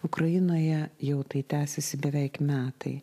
ukrainoje jau tai tęsiasi beveik metai